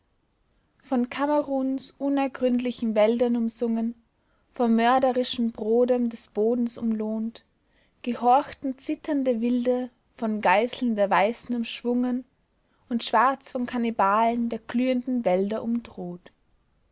von kameruns unergründlichen wäldern umsungen vom mörderischen brodem des bodens umloht gehorchten zitternde wilde von geißeln der weißen umschwungen und schwarz von kannibalen der glühenden wälder umdroht